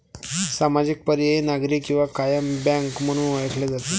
सामाजिक, पर्यायी, नागरी किंवा कायम बँक म्हणून ओळखले जाते